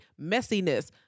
messiness